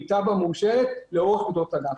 אם תב"ע מאושרת לאורך גדות הנחל.